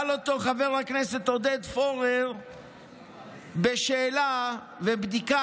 פנה אליו חבר הכנסת עודד פורר בשאלה ובדיקה